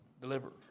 deliver